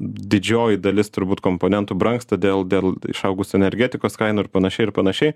didžioji dalis turbūt komponentų brangsta dėl dėl išaugusių energetikos kainų ir panašiai ir panašiai